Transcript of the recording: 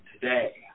today